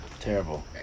Terrible